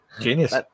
Genius